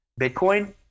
Bitcoin